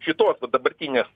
šitos dabartinės